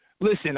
Listen